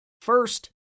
First